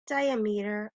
diameter